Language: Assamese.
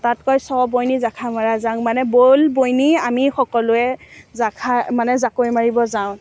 তাত কয় স্ব বৈনি জাখা মাৰা জাং মানে ব'ল বৈনি আমি সকলোৱে জাখা মানে জাকৈ মাৰিব যাওঁ